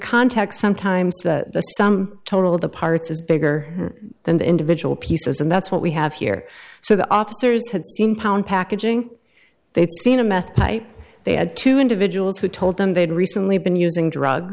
context sometimes the sum total of the parts is bigger than the individual pieces and that's what we have here so the officers had seen pound packaging they'd seen a meth pipe they had two individuals who told them they'd recently been using drugs